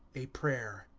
a prayer.